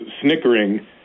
snickering